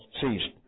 ceased